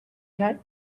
kind